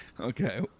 Okay